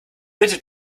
bitte